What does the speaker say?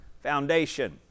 foundation